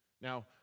Now